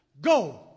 Go